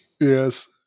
Yes